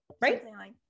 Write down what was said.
right